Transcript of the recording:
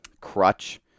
crutch